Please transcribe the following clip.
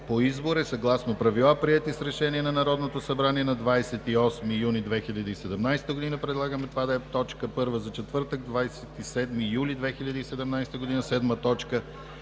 по избор е съгласно правила, приети с Решение на Народното събрание от 28 юни 2017 г. Предлагаме това да е точка първа за четвъртък, 27 юли 2017 г. 7.